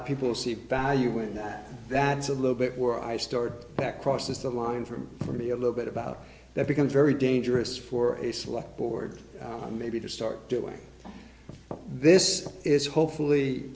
of people see ballet you win that that's a little bit where i start that crosses the line from for me a little bit about that becomes very dangerous for a select board maybe to start doing this is hopefully